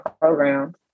programs